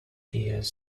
years